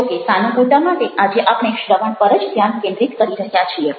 જો કે સાનુકૂળતા માટે આજે આપણે શ્રવણ પર જ ધ્યાન કેન્દ્રિત કરી રહ્યા છીએ